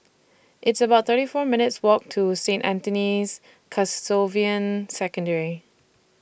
It's about thirty four minutes' Walk to Saint Anthony's Canossian Secondary